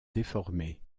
déformés